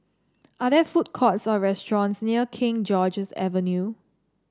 are there food courts or restaurants near King George's Avenue